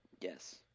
Yes